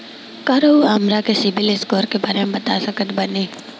का रउआ हमरा के सिबिल स्कोर के बारे में बता सकत बानी?